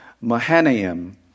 Mahanaim